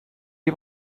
you